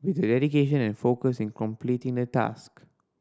with their dedication and focus in completing the task